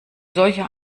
solcher